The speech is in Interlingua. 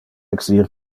exir